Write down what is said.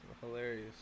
hilarious